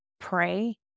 pray